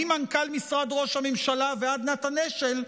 ממנכ"ל משרד ראש הממשלה ועד נתן אשל,